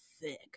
thick